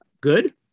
good